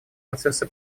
процесса